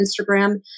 Instagram